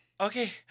Okay